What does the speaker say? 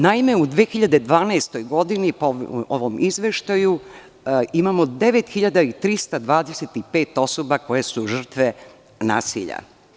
Naime, u 2012. godini, po ovom izveštaju, imamo 9.325 osoba koje su žrtve nasilja.